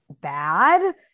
bad